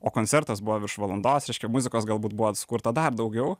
o koncertas buvo virš valandos reiškia muzikos galbūt buvo sukurta dar daugiau